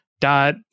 dot